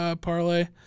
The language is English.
parlay